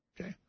Okay